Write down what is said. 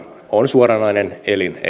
on suoranainen elinehto